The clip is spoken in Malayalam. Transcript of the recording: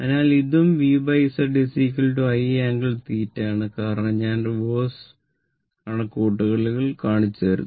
അതിനാൽ ഇതും V Z i angle 0o ആണ് കാരണം ഞാൻ റിവേഴ്സ് കണക്കുകൂട്ടൽ കാണിച്ചുതരുന്നു